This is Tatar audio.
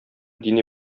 дини